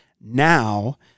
now